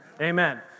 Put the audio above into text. Amen